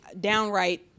downright